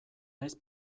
naiz